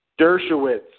Dershowitz